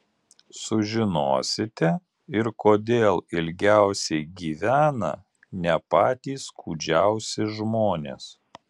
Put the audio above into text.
sužinosite ir kodėl ilgiausiai gyvena ne patys kūdžiausi žmonės